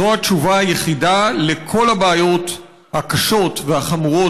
זו התשובה היחידה לכל הבעיות הקשות והחמורות